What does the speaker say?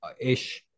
ish